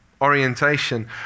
Orientation